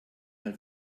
mal